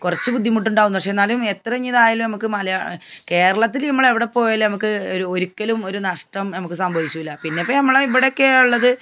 കുറച്ചു ബുദ്ധിമുട്ടുണ്ടാകുന്നു പക്ഷേ എന്നാലും എത്ര ഇഞ്ഞിതായാലും അമക്ക് മലയാ കേരളത്തിൽ ഇമ്മളെവിടെ പോയാലും അമക്ക് ഒരു ഒരിക്കലും ഒരു നഷ്ടം നമുക്ക് സംഭവിച്ചില്ല പിന്നെ ഇപ്പം യമ്മളെ ഇവിടെയൊക്കെയാണ് ഉള്ളത്